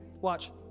Watch